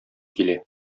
килә